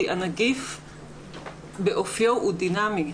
כי הנגיף באופיו הוא דינמי.